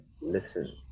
listen